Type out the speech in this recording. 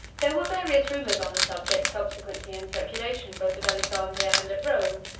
there were various rumors on the subject subsequently in circulation both at alexandria and at rome,